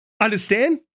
understand